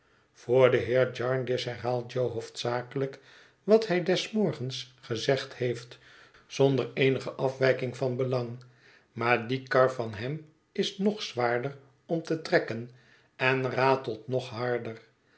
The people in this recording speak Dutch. voor den heer jarndyce herhaalt jo hoofdzakelijk wat hij des morgens gezegd heeft zonder eenige afwijking van belang maar die kar van hem is nog zwaarder om te trekken en ratelt nog harder